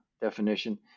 definition